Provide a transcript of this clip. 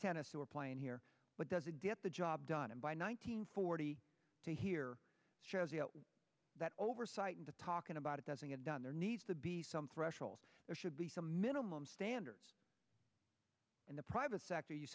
tennis or playing here but does it get the job done and by nine hundred forty to here that oversight into talking about it doesn't get done there needs to be some threshold there should be some minimum standards in the private sector you